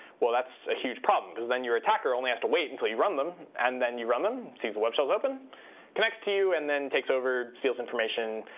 well, that's a huge problem, because then your attacker only has to wait until you run them. and then you run them, sees the web shell's open, and connects to you and then takes over, steals information.